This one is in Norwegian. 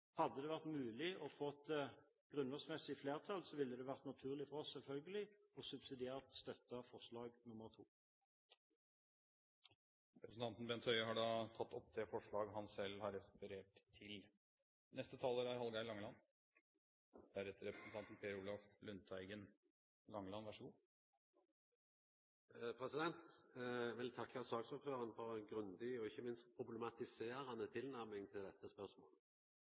Hadde det vært mulig å få grunnlovmessig flertall, ville det selvfølgelig vært naturlig for oss subsidiært å støtte forslag nr. 2. Representanten Bent Høie har tatt opp det forslaget han refererte til. Eg vil takka saksordføraren for ei grundig og, ikkje minst, problematiserande tilnærming til dette spørsmålet. I utgangspunktet var det sånn at SV hadde tenkt å stemma for, og